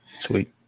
Sweet